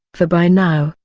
for by now,